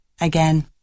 again